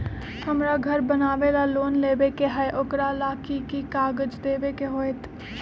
हमरा घर बनाबे ला लोन लेबे के है, ओकरा ला कि कि काग़ज देबे के होयत?